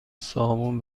صابون